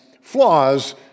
flaws